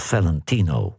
Valentino